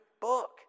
book